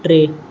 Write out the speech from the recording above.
टे